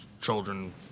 children